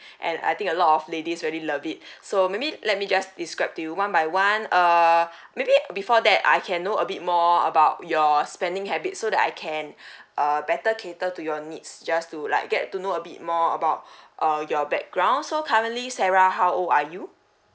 and I think a lot of ladies really love it so maybe let me just describe to you one by one err maybe before that I can know a bit more about your spending habits so that I can err better cater to your needs just to like get to know a bit more about uh your background so currently sarah how old are you